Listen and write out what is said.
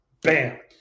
Bam